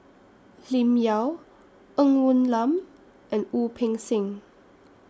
Lim Yau Ng Woon Lam and Wu Peng Seng